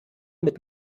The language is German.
mit